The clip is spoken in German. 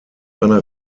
einer